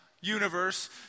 universe